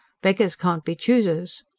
beggars can't be choosers.